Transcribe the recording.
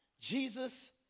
Jesus